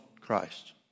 Christ